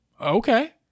Okay